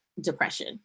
depression